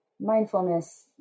mindfulness